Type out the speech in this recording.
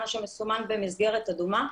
מה שמסומן במסגרת אדומה.